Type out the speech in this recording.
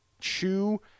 chew